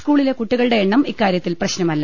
സ്കൂളിലെ കുട്ടികളുടെ എണ്ണം ഇക്കാര്യത്തിൽ പ്രശ്നമല്ല